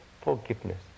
forgiveness